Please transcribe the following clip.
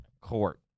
court